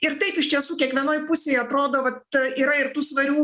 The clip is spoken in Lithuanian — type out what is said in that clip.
ir taip iš tiesų kiekvienoj pusėj atrodo vat yra ir tų svarių